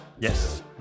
Yes